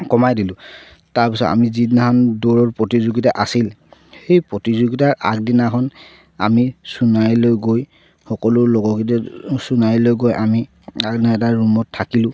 কমাই দিলোঁ তাৰপিছত আমি যিদিনাখন দৌৰৰ প্ৰতিযোগিতা আছিল সেই প্ৰতিযোগিতাৰ আগদিনাখন আমি সোণাৰীলৈ গৈ সকলো লগৰকিটা সোণাৰীলৈ গৈ আমি আগদিনা এটা ৰুমত থাকিলোঁ